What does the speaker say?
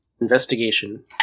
investigation